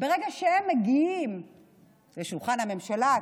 וברגע שהם מגיעים לשולחן הממשלה,